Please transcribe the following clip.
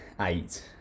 eight